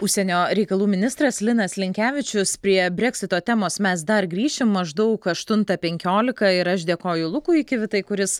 užsienio reikalų ministras linas linkevičius prie breksito temos mes dar grįšim maždaug aštuntą penkiolika ir aš dėkoju lukui kivitai kuris